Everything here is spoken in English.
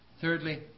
Thirdly